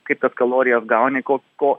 kaip tas kalorijas gauni ko ko